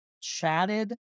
chatted